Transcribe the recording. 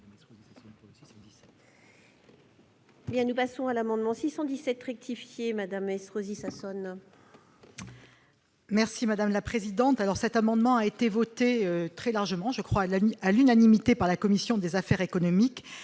nous passons à l'amendement 617 rectifié madame Estrosi Sassone. Merci madame la présidente, alors cet amendement a été voté très largement je crois la à l'unanimité par la commission des affaires économiques